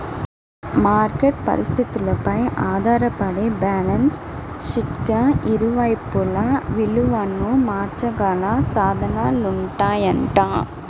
market పరిస్థితులపై ఆధారపడి balance షీట్కి ఇరువైపులా విలువను మార్చగల సాధనాలుంటాయంట